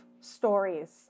stories